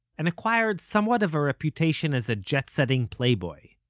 and acquired somewhat of a reputation as a jet-setting playboy.